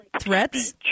threats